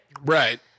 Right